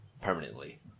permanently